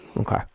Okay